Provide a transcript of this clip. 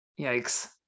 Yikes